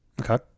Okay